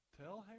tell